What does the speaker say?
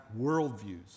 worldviews